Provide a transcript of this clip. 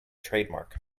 trademark